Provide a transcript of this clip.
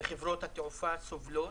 וחברות התעופה סובלות.